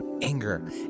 anger